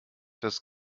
das